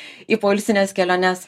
į poilsines keliones